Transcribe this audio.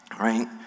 right